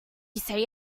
say